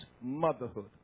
motherhood